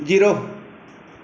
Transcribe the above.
zero